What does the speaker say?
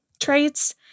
traits